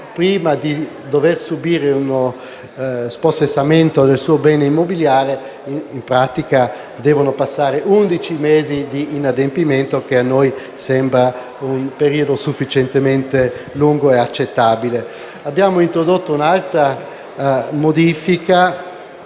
prima di dover subire uno spossessamento del proprio bene immobiliare, devono passare undici mesi di inadempimento, che a noi sembra un periodo sufficientemente lungo e accettabile. Abbiamo introdotto un'altra modifica: